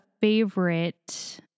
favorite